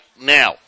now